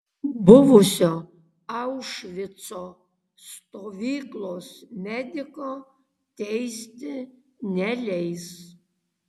buvusio aušvico stovyklos mediko teisti neleis